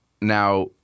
Now